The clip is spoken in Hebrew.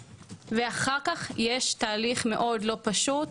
אחר כך יש תהליך מאוד לא פשוט.